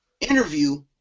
interview